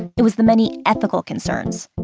it was the many ethical concerns.